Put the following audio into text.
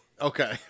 Okay